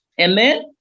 Amen